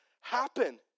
happen